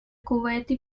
kuwaiti